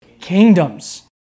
Kingdoms